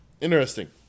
Interesting